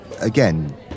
again